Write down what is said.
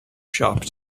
shop